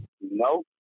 No